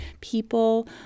people